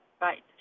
Right